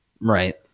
Right